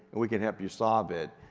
we can help you solve it,